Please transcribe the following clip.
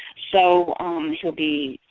so he'll be